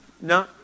No